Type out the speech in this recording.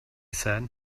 said